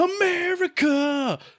America